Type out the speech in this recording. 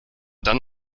dann